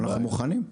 אנחנו מוכנים.